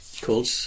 called